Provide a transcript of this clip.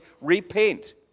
Repent